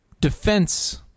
defense